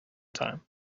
time